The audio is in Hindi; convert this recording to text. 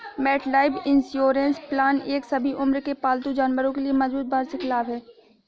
मेटलाइफ इंश्योरेंस प्लान एक सभी उम्र के पालतू जानवरों के लिए मजबूत वार्षिक लाभ है